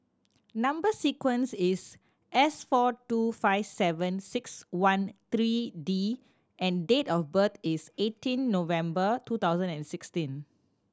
number sequence is S four two five seven six one three D and date of birth is eighteen November two thousand and sixteen